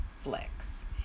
flex